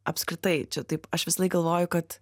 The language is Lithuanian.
apskritai čia taip aš visąlaik galvoju kad